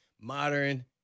modern